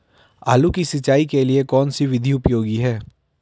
आलू की सिंचाई के लिए कौन सी विधि उपयोगी है?